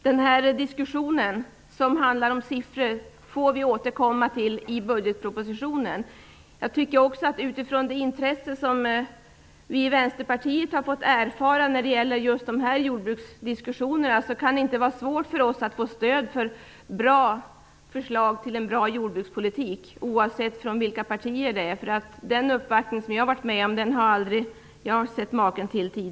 Den diskussion som handlar om siffror får vi återkomma till vid behandlingen av budgetpropositionen. Med tanke på det intresse som vi i Vänsterpartiet har mötts av i dessa jordbruksdiskussioner kan det inte vara svårt för oss att få stöd för bra förslag i jordbrukspolitiken, oavsett vilket parti som det gäller. Jag har aldrig tidigare erfarit maken till den uppvaktning som vi nu har beståtts.